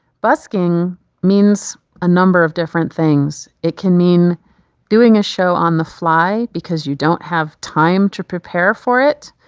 busking means a number of different things. it can mean doing a show on the fly because you don't have time to prepare for it.